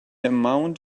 amount